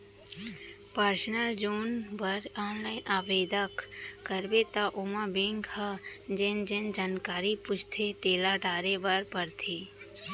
personal loan बर online आबेदन करबे त ओमा बेंक ह जेन जेन जानकारी पूछथे तेला डारे बर परथे